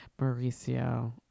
Mauricio